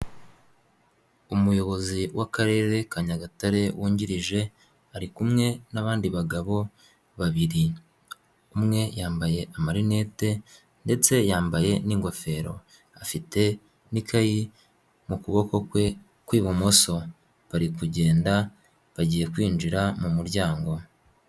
Umuyobozi w'Akarere ka Nyagatare wungirije ari kumwe n'abandi bagabo babiri, umwe yambaye amarinete ndetse yambaye n'ingofero afite n'ikayi mu kuboko kwe kw'ibumoso bari kugenda bagiye kwinjira mu muryango.